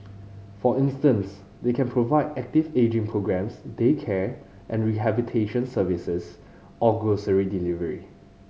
for instance they can provide active ageing programmes daycare and rehabilitation services or grocery delivery